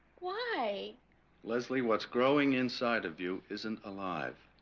why leslie what's growing inside of you isn't alive